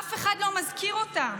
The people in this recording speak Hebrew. אף אחד לא מזכיר אותם.